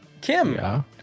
Kim